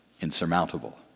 insurmountable